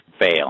fail